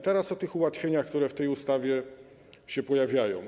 Teraz o ułatwieniach, które w tej ustawie się pojawiają.